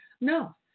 No